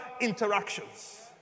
interactions